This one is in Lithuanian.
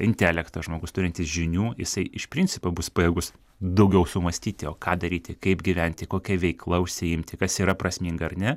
intelekto žmogus turintis žinių jisai iš principo bus pajėgus daugiau sumąstyti o ką daryti kaip gyventi kokia veikla užsiimti kas yra prasminga ar ne